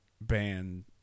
band